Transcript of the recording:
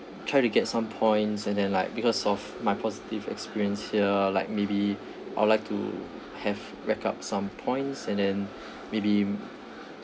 try to get some points and then like because of my positive experience here like maybe I would like to have rack up some points and then maybe